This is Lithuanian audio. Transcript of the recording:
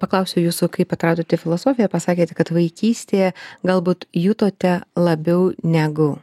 paklausiau jūsų kaip atradote filosofiją pasakėte kad vaikystėje galbūt jutote labiau negu